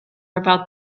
about